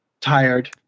tired